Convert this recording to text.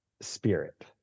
spirit